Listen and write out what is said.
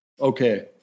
Okay